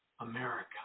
America